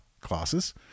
classes